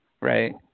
Right